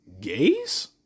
gays